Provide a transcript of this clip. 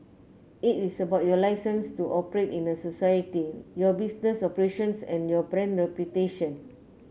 it is about your licence to operate in a society your business operations and your brand reputation